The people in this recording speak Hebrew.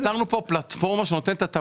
הצבעה הרוויזיה לא נתקבלה הרוויזיה לא התקבלה.